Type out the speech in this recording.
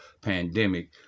pandemic